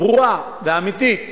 הברורה והאמיתית